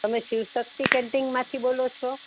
તમે શિવશક્તિ કેન્ટીનમાંથી બોલો છો